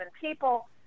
people